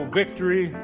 victory